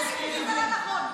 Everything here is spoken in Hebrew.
יש לו זכות דיבור.